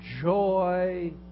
joy